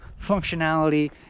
functionality